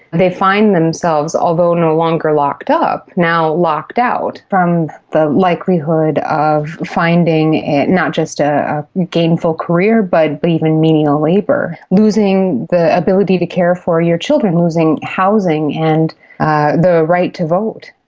they find themselves, although no longer locked up, now locked out from the likelihood of finding and not just a gainful career but but even menial labour. losing the ability to care for your children, losing housing and ah the right to vote.